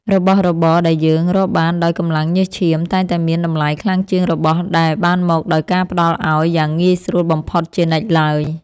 របស់របរដែលយើងរកបានដោយកម្លាំងញើសឈាមតែងតែមានតម្លៃខ្លាំងជាងរបស់ដែលបានមកដោយការផ្ដល់ឱ្យយ៉ាងងាយស្រួលបំផុតជានិច្ចឡើយ។